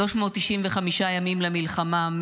395 ימים למלחמה.